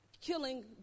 killing